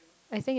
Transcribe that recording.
I think it